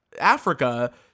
africa